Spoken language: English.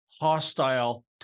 hostile